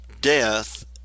Death